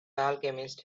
alchemist